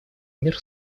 мир